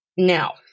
Now